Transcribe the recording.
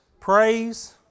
praise